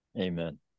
Amen